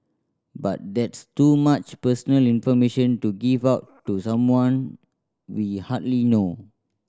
but that's too much personal information to give out to someone we hardly know